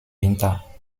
winter